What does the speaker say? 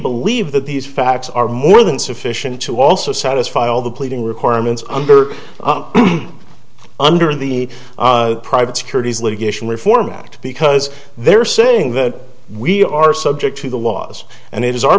believe that these facts are more than sufficient to also satisfy all the pleading requirements under under the private securities litigation reform act because they're saying that we are subject to the laws and